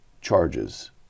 charges